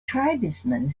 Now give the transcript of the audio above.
tribesman